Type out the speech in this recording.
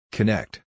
Connect